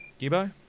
Gibbo